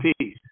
peace